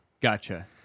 Gotcha